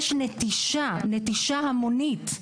יש נטישה המונית,